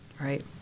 Right